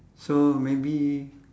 so maybe